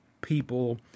people